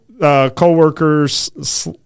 Co-workers